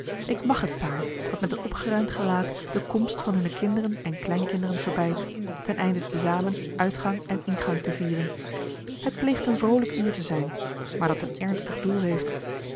ik mag het paar dat met een opgeruimd gelaat de komst van hunne kinderen en kleinkinderen verbeidt ten einde te zamen uitgang en ingang te vieren het pleegt een vrolijk uur te zijn maar dat een ernstig doel heeft